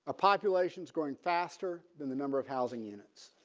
ah populations growing faster than the number of housing units